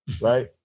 Right